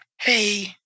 hey